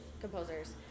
composers